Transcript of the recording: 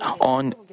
on